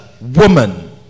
woman